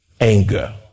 anger